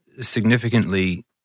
significantly